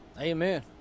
Amen